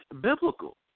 biblical